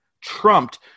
trumped